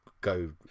go